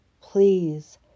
please